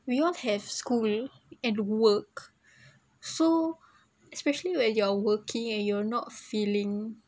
we all have school and work so especially when you're working and you're not feeling